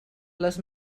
les